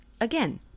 again